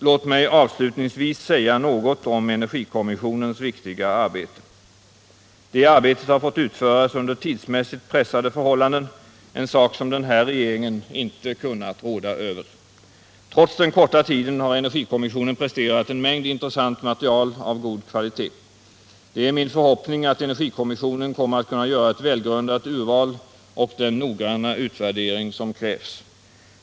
Låt mig avslutningsvis säga något om energikommissionens viktiga arbete. Det arbetet har fått utföras under tidsmässigt pressade förhållanden, en sak som den här regeringen inte kunnat råda över. Trots den korta tiden har energikommissionen presterat en mängd intressant material av god kvalitet. Det är min förhoppning att energikommissionen kommer att kunna göra ett välgrundat urval och den noggranna utvärdering som krävs.